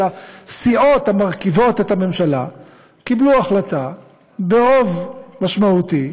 אבל הסיעות המרכיבות את הממשלה קיבלו החלטה ברוב משמעותי,